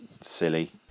silly